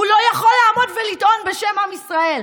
הוא לא יכול לעמוד ולטעון בשם עם ישראל.